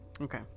okay